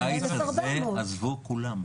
בקיץ הזה כולם יצאו.